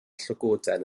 llygoden